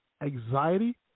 anxiety